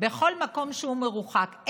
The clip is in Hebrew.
בכל מקום שהוא מרוחק.